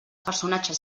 personatges